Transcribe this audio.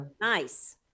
Nice